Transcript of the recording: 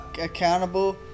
accountable